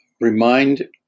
remind